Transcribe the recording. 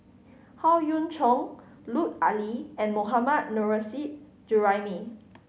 Howe Yoon Chong Lut Ali and Mohammad Nurrasyid Juraimi